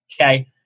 okay